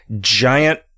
giant